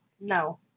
No